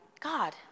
God